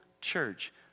church